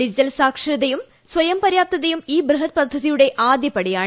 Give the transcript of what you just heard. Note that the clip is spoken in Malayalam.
ഡിജിറ്റൽ സാക്ഷരതയും സ്വയം പര്യാപ്തതയും ഈ ബൃഹത് പദ്ധതിയുടെ ആദ്യപടിയാണ്